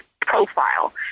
profile